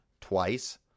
twice